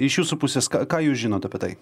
iš jūsų pusės ką ką jūs žinot apie tai